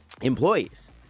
employees